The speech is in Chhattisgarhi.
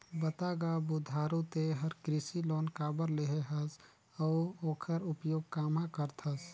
बता गा बुधारू ते हर कृसि लोन काबर लेहे हस अउ ओखर उपयोग काम्हा करथस